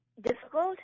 difficult